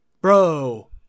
bro